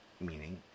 meaning